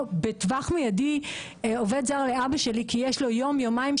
בטווח מידי עובד זר לאבא שלי כי יש לו יום-יומיים,